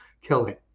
killing